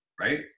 right